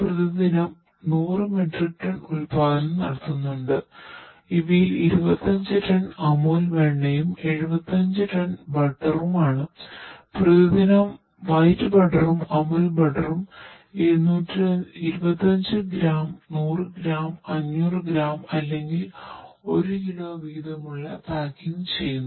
പ്രതിദിനം വൈറ്റ് ബട്ടറും അമുൽ ബട്ടറും 25 ഗ്രാം 100 ഗ്രാം 500 ഗ്രാം അല്ലെങ്കിൽ 1 കിലോ വീതമുള്ള പാക്കിങ് ചെയ്യുന്നു